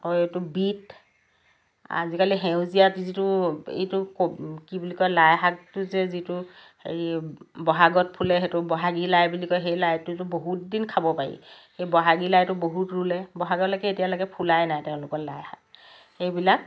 আকৌ এইটো বিট আজিকালি সেউজীয়া যিটো কবি কি বুলি কয় লাইশাকটো যে যিটো হেৰি বহাগত ফুলে সেইটো বহাগী লাই বুলি কয় সেই লাইটোতো বহুত দিন খাব পাৰি সেই বহাগী লাইটো বহুত ৰুলে বহাগলৈকে এতিয়ালৈকে ফুলাই নাই তেওঁলোকৰ লাইশাক সেইবিলাক